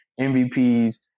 MVPs